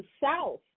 south